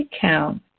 count